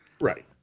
Right